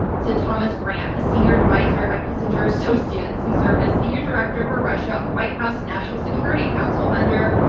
said thomas graham, a senior advisor at kissinger associates who served as senior director for russia on the white house national security council under,